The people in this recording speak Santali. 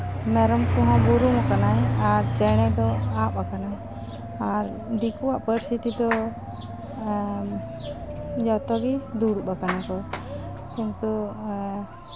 ᱢᱮᱨᱚᱢ ᱠᱚ ᱦᱚᱸ ᱵᱩᱨᱩᱢ ᱟᱠᱟᱱᱟᱭ ᱟᱨ ᱪᱮᱬᱮ ᱫᱚ ᱟᱵ ᱟᱠᱟᱱᱟᱭ ᱟᱨ ᱫᱤᱠᱩᱣᱟᱜ ᱯᱟᱹᱨᱥᱤ ᱛᱮᱫᱚ ᱡᱷᱚᱛᱚ ᱜᱮ ᱫᱩᱲᱩᱵ ᱟᱠᱟᱱᱟ ᱠᱚ ᱠᱤᱱᱛᱩ